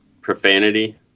profanity